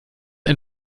ein